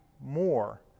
more